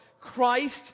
Christ